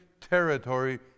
territory